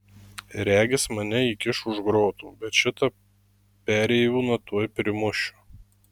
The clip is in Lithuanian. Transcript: regis mane įkiš už grotų bet šitą perėjūną tuoj primušiu